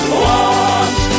want